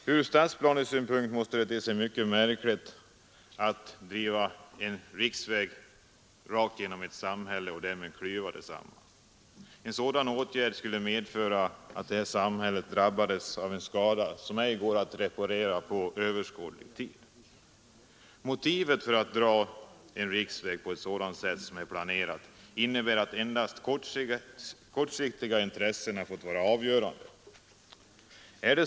Från stadsplanesynpunkt måste det te sig mycket märkligt att driva en riksväg rakt igenom ett samhälle och därigenom klyva detsamma. Genom en sådan åtgärd skulle samhället drabbas av en skada, som ej går att reparera på överskådlig tid. När man vill dra en riksväg på sådant sätt som planerats, har endast kortsiktiga intressen fått vara avgörande.